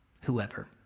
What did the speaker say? Whoever